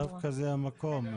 דווקא זה המקום.